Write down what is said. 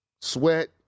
Sweat